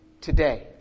today